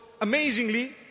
amazingly